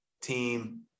team